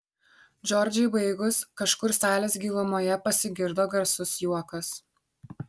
džordžai baigus kažkur salės gilumoje pasigirdo garsus juokas